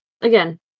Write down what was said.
again